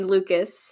Lucas